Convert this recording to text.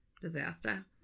disaster